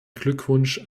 glückwunsch